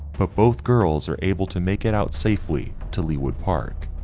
but both girls are able to make it out safely to leawood park,